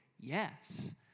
yes